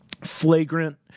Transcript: flagrant